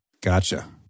Gotcha